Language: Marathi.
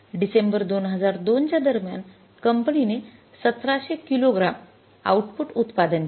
डिसेंबर २००२ च्या दरम्यान कंपनीने १७०० किलो ग्राम आउटपुट उत्पादन केले